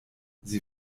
sie